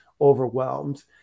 overwhelmed